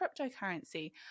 cryptocurrency